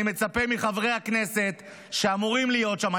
אני מצפה מחברי הכנסת שאמורים להיות שם,